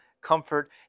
comfort